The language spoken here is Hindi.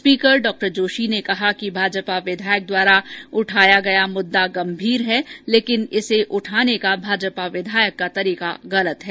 स्पीकर डॉ जोशी ने कहा कि भाजपा विधायक द्वारा उठाया गया मुद्दा गंभीर है लेकिन इसे उठाने का भाजपा विधायक का तरीका गलत है